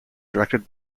directed